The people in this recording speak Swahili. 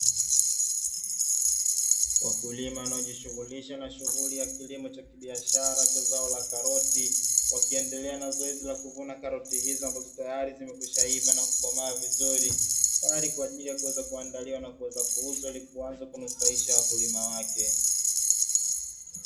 Wakulima wanajishughulisha na shughuli ya kilimo cha kibiashara cha zao la karoti, wakiendelea na zoezi la kuvuna karoti hizo ambazo tayari zimekwishaiva na kukomaa vizuri, tayari kwa ajili kuweza kuandaliwa na kuweza kuuzwa ili kuanza kunufaisha wakulima wake.